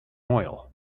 oil